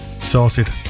sorted